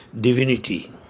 divinity